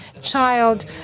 child